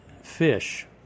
Fish